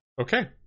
Okay